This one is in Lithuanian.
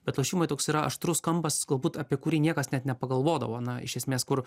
bet lošimai toks yra aštrus kampas galbūt apie kurį niekas net nepagalvodavo na iš esmės kur